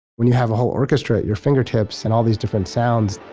when you have a whole orchestra at your fingertips, and all these different sounds,